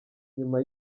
inyuma